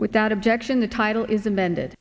without objection the title is amended